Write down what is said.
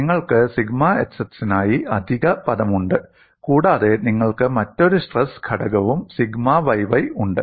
നിങ്ങൾക്ക് sigma xx നായി അധിക പദമുണ്ട് കൂടാതെ നിങ്ങൾക്ക് മറ്റൊരു സ്ട്രെസ് ഘടകവും സിഗ്മ yy ഉണ്ട്